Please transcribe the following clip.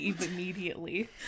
immediately